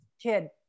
kid